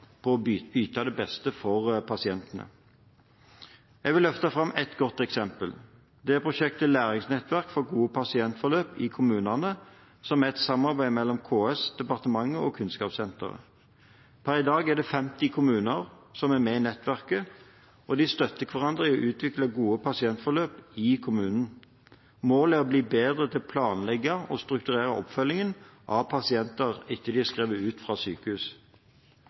på å yte det beste for pasientene. Jeg vil løfte fram et godt eksempel. Det er prosjektet med læringsnettverk for gode pasientforløp i kommunene, som er et samarbeid mellom KS, departementet og Kunnskapssenteret. Per i dag er det 50 kommuner som er med i nettverket, og de støtter hverandre i å utvikle gode pasientforløp i kommunen. Målet er å bli bedre til å planlegge og strukturere oppfølgingen av pasienter etter at de er skrevet ut fra sykehus.